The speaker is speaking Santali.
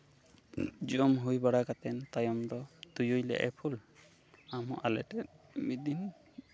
ᱡᱚᱢ ᱦᱩᱭ ᱵᱟᱲᱟ ᱠᱟᱛᱮᱫ ᱛᱟᱭᱚᱢ ᱫᱚ ᱛᱩᱭᱩᱭ ᱞᱟᱹᱭᱮᱜᱼᱟ ᱮ ᱯᱷᱩᱞ ᱟᱢᱦᱚᱸ ᱟᱞᱮ ᱴᱷᱮᱡ ᱢᱤᱫ ᱫᱤᱱ